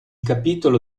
capitolo